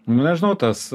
nu nežinau tas